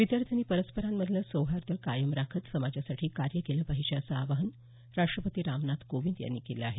विद्यार्थ्यांनी परस्परांमधलं सौहार्द कायम राखत समाजासाठी कार्य केलं पाहिजे असं आवाहन राष्टपती रामनाथ कोविंद यांनी केलं आहे